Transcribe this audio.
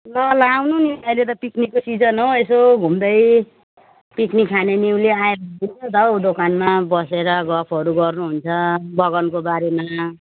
ल ल आउनु नि अहिले त पिकनिकको सिजन हो यसो घुम्दै पिकनिक खाने निउले आयो भने हुन्छ त्यही दोकानमा बसेर गफहरू गर्नुहुन्छ बगानको बारेमा